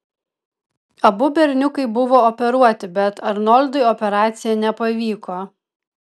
abu berniukai buvo operuoti bet arnoldui operacija nepavyko